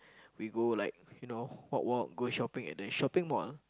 we go like you know walk walk go shopping at the shopping mall